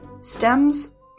stems